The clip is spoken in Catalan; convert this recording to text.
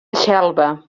xelva